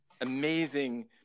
amazing